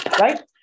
right